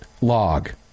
log